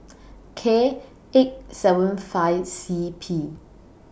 K eight seven five C P